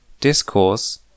discourse